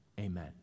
amen